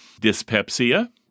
dyspepsia